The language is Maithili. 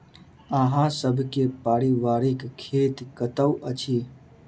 अहाँ सब के पारिवारिक खेत कतौ अछि?